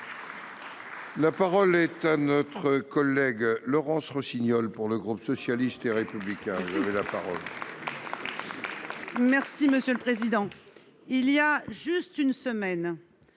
La parole est à Mme Laurence Rossignol, pour le groupe socialiste et républicain.